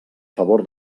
favor